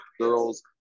girls